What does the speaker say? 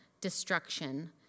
destruction